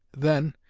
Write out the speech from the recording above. then,